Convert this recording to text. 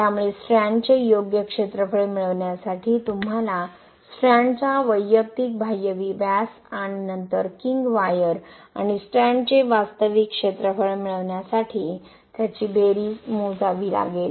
त्यामुळे स्ट्रँडचे योग्य क्षेत्रफळ मिळवण्यासाठी तुम्हाला स्ट्रँडचा वैयक्तिक बाह्य व्यास आणि नंतर किंग वायर आणि स्ट्रँडचे वास्तविक क्षेत्रफळ मिळवण्यासाठी त्याची बेरीज मोजावी लागेल